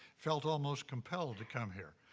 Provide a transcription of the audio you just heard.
felt almost compelled to come here.